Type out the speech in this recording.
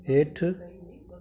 हेठि